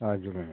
हजुर